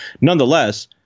nonetheless